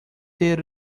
ser